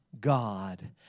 God